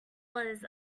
was